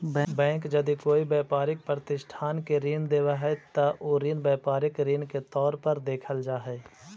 bank यदि कोई व्यापारिक प्रतिष्ठान के ऋण देवऽ हइ त उ ऋण व्यापारिक ऋण के तौर पर देखल जा हइ